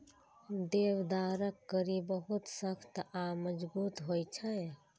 देवदारक कड़ी बहुत सख्त आ मजगूत होइ छै